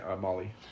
Molly